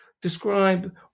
describe